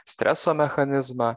streso mechanizmą